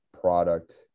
product